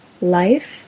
Life